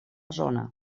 zona